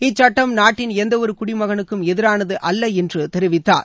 இச்சட்டம் நாட்டின் எந்தவொரு குடிமனுக்கும் எதிரானது அல்ல என்று தெரிவித்தார்